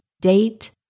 date